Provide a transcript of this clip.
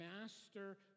master